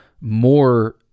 more